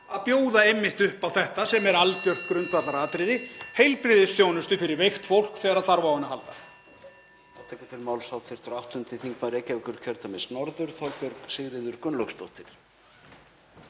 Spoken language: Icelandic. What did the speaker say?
að bjóða einmitt upp á það sem er algjört grundvallaratriði; heilbrigðisþjónustu fyrir veikt fólk þegar það þarf á henni að halda.